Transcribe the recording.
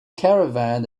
caravan